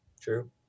True